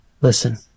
listen